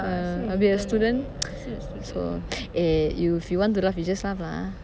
ya I'll be the student so eh if you want to laugh you just laugh lah ah